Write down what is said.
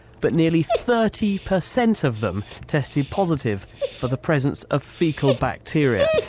but nearly thirty percent of them tested positive for the presence of faecal bacteria,